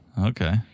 Okay